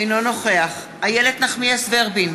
אינו נוכח איילת נחמיאס ורבין,